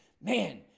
man